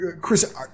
Chris